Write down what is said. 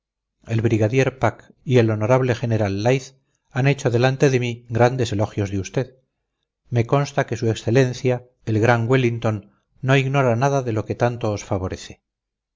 el brigadier pack y el honorable general leith han hecho delante de mí grandes elogios de usted me consta que su excelencia el gran wellington no ignora nada de lo que tanto os favorece